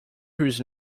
whose